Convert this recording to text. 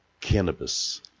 cannabis